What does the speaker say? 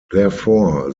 therefore